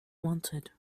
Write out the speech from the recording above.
wanted